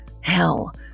hell